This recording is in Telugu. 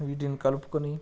వీటిని కలుపుకొని